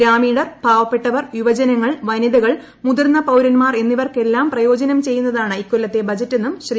ഗ്രാമീണർ പാവപ്പെട്ടവർ യുവജനങ്ങൾ വനിതകൾ മുതിർന്ന പൌരന്മാർ എന്നിവർക്കെല്ലാം പ്രയോജനം ചെയ്യുന്നതാണ് ഇക്കൊല്ലത്തെ ബജറ്റെന്നും ശ്രീ